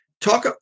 talk